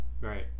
Right